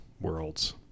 Worlds